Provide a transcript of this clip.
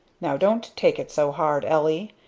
now don't take it so hard, ellie.